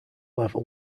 level